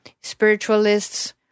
spiritualists